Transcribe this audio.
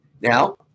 Now